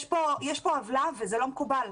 יש פה עוולה וזה לא מקובל.